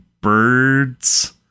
birds